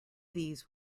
these